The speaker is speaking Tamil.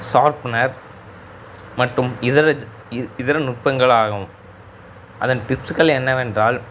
ஷார்ப்னர் மட்டும் இதர இதர நுட்பங்களாகும் அதன் டிப்ஸ்கள் என்னவென்றால்